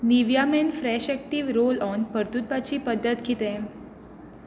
Nivea men fresh active roll on परतुवपाची पद्दत किदें